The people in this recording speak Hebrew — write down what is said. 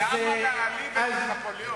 למה להעליב את נפוליאון?